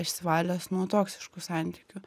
išsivalęs nuo toksiškų santykių